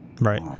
Right